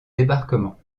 débarquement